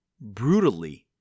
brutally